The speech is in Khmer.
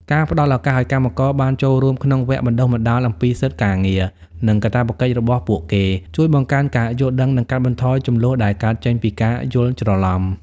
ការផ្ដល់ឱកាសឱ្យកម្មករបានចូលរួមក្នុងវគ្គបណ្ដុះបណ្ដាលអំពីសិទ្ធិការងារ និងកាតព្វកិច្ចរបស់ពួកគេ ជួយបង្កើនការយល់ដឹង និងកាត់បន្ថយជម្លោះដែលកើតចេញពីការយល់ច្រឡំ។